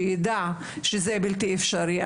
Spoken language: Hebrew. שיידע שזה בלתי אפשרי.